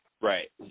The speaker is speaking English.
Right